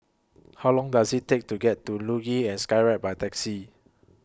How Long Does IT Take to get to Luge and Skyride By Taxi